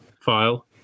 file